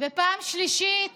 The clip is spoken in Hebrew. ופעם שלישית